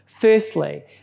Firstly